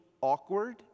awkward